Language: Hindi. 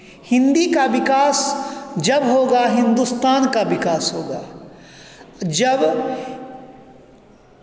हिन्दी का विकास जब होगा हिंदुस्तान का विकास होगा जब